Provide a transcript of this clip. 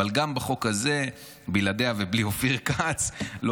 אבל גם בחוק הזה בלעדיה ובלי אופיר כץ לא